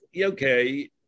okay